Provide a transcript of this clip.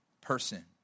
person